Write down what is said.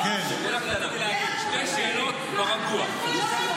שתי שאלות ברגוע.